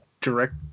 direct